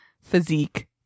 physique